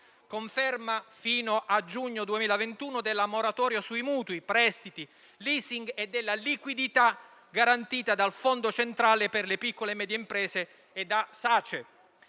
conferma fino a giugno 2021 della moratoria sui mutui, prestiti, *leasing* e della liquidità garantita dal fondo centrale per le piccole e medie imprese e da SACE: